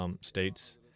states